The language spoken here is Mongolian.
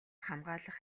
хамгаалах